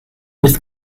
wyth